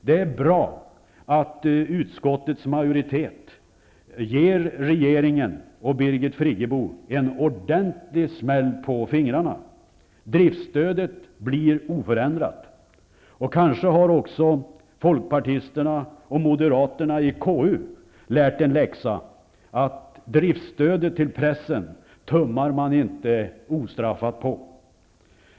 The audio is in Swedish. Det är bra att utskottets majoritet ger regeringen och Birgit Friggebo en ordentlig smäll på fingrarna. Driftstödet förblir oförändrat. Kanske har också folkpartisterna och moderaterna i KU lärt en läxa att driftstödet till pressen tummar man inte ostraffat på.